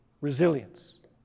resilience